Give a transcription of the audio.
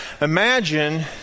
imagine